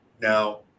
Now